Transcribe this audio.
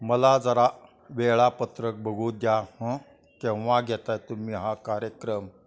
मला जरा वेळापत्रक बघू द्या हं केव्हा घेताय तुम्ही हा कार्यक्रम